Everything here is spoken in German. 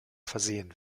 versehen